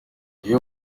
iyo